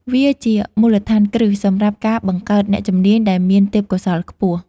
វាជាមូលដ្ឋានគ្រឹះសម្រាប់ការបង្កើតអ្នកជំនាញដែលមានទេពកោសល្យខ្ពស់។